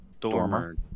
Dormer